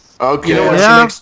Okay